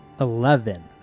Eleven